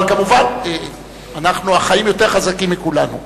אבל מובן שהחיים יותר חזקים מכולנו.